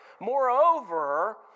moreover